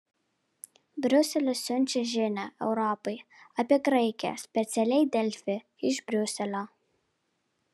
briuselis siunčia žinią europai apie graikiją specialiai delfi iš briuselio